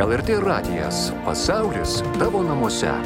lrt radijas pasaulis tavo namuose